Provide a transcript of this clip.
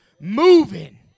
moving